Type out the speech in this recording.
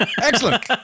Excellent